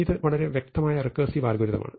ഇത് വളരെ വ്യക്തമായ റികർസിവ് അൽഗോരിതം ആണ്